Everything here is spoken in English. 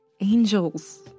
Angels